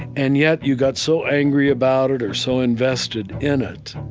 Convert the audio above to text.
and yet you got so angry about it or so invested in it.